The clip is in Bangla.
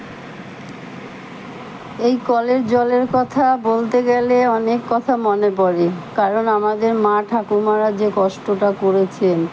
এই কলের জলের কথা বলতে গেলে অনেক কথা মনে পড়ে কারণ আমাদের মা ঠাকুমারা যে কষ্টটা করেছেন